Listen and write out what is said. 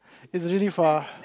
it's really far